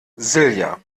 silja